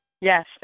Yes